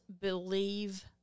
believe